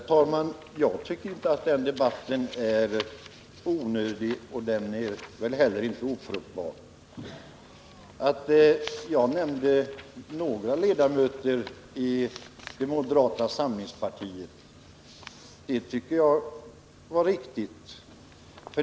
Herr talman! Jag tycker inte att den debatten är onödig. Den är heller inte ofruktbar. Att jag nämnde några ledamöter i moderata samlingspartiet tycker jag var riktigt.